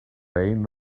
reign